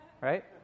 right